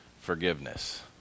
forgiveness